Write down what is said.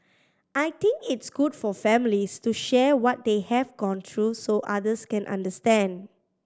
I think it's good for families to share what they have gone through so others can understand